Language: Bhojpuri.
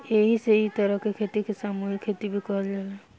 एही से इ तरह के खेती के सामूहिक खेती भी कहल जाला